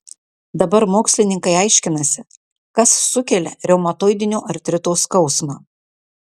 dabar mokslininkai aiškinasi kas sukelia reumatoidinio artrito skausmą